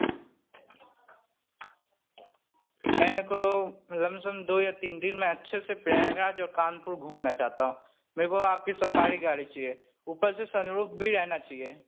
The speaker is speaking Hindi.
मैं को लमसम दो या तीन दिन अच्छे से प्रयागराज और कानपुर घूमना चाहता हूँ मेरे को आपकी सफारी गाड़ी चाहिए ऊपर से सनरूफ भी रहना चाहिए